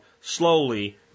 slowly